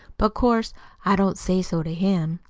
but course i don't say so to him.